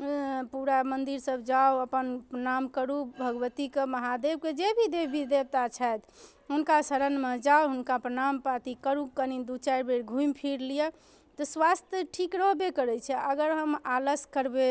पूरा मन्दिर सब जाउ अपन प्रणाम करू भगवतीके महादेवके जे भी देवी देवता छथि हुनका शरणमे जाउ हुनका प्रणाम पाती करू कनी दू चारि बेर घूमि फिर लिअ तऽ स्वास्थ ठीक रहबे करै छै अगर हम आलस करबै